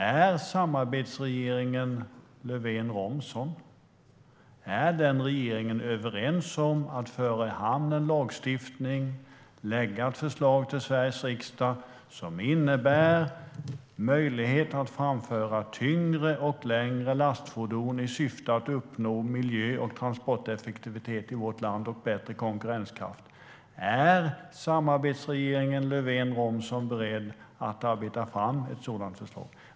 Är samarbetsregeringen Löfven-Romson överens om att föra i hamn en lagstiftning, lägga fram ett förslag i Sveriges riksdag, som innebär möjlighet att framföra tyngre och längre lastfordon, i syfte att uppnå miljö och transporteffektivitet och bättre konkurrenskraft i vårt land? Är samarbetsregeringen Löfven-Romson beredd att arbeta fram ett sådant förslag?